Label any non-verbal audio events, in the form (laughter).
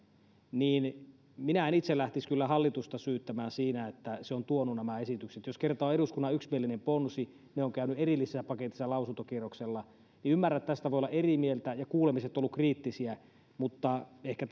niin minä en itse lähtisi kyllä hallitusta syyttämään siitä että se on tuonut nämä esitykset jos kerta on eduskunnan yksimielinen ponsi ja ne ovat käyneet erillisessä paketissa lausuntokierroksella ymmärrän että tästä voi olla eri mieltä ja kuulemiset ovat olleet kriittisiä mutta ehkä (unintelligible)